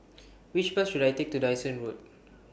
Which Bus should I Take to Dyson Road